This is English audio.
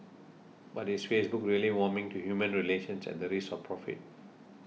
but is Facebook really warming to human relations at the risk of profit